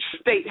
state